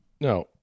No